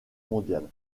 mondiale